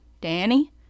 Danny